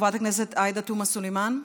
חברת הכנסת עאידה תומא סלימאן,